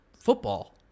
football